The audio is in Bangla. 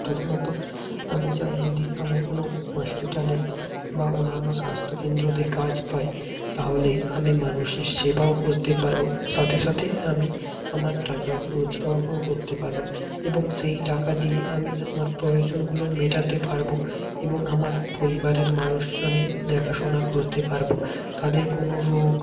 প্রধানত আমি চাই যদি আমি কোনো হসপিটালে বা অন্যান্য স্বাস্থ্য কেন্দ্রতে কাজ পাই তাহলে আমি মানুষের সেবাও করতে পারবো সাথে সাথে আমি আমার টাকার রোজগারো করতে পারবো এবং সেই টাকা দিয়ে আমি আমার প্রয়োজনগুলো মেটাতে পারবো এবং আমার পরিবারের মানুষ জনের দেখাশোনা করতে পারবো তাদের কোনো রোগ